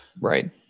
Right